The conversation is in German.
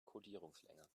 kodierungslänge